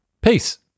Peace